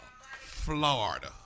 Florida